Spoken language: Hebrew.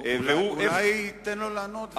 אולי תן לו לענות,